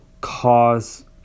cause